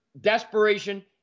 desperation